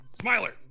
Smiler